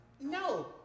No